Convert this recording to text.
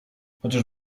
chociaż